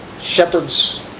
Shepherds